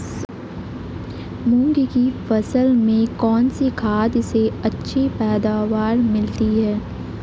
मूंग की फसल में कौनसी खाद से अच्छी पैदावार मिलती है?